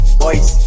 boys